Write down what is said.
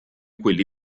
quelli